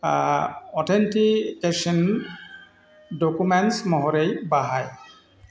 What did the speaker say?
authentication document महरै बाहाय